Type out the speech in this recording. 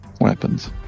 weapons